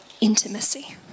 intimacy